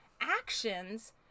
actions